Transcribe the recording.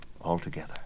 altogether